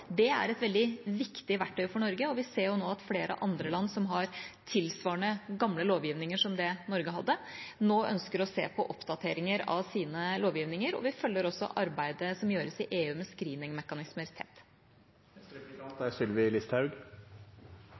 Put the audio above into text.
Det er et veldig viktig verktøy for Norge, og vi ser at flere land som har tilsvarende gamle lovgivninger som det Norge hadde, nå ønsker å se på oppdateringer av sine lovgivninger. Vi følger også arbeidet som gjøres i EU med screeningmekanismer tett. Når regjeringen er